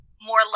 more